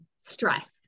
stress